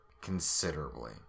considerably